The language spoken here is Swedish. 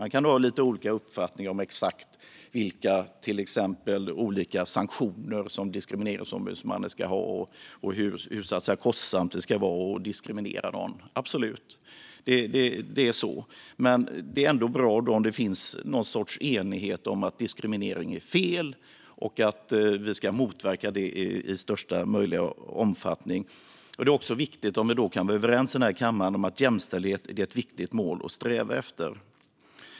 Man kan absolut ha lite olika uppfattning om till exempel exakt vilka sanktioner som Diskrimineringsombudsmannen ska ha och hur kostsamt det så att säga ska vara att diskriminera någon. Men det är ändå bra om det finns någon sorts enighet om att diskriminering är fel och att vi ska motverka diskriminering i största möjliga omfattning. Det är också viktigt att vi då kan vara överens i den här kammaren om att jämställdhet är ett viktigt mål att sträva efter.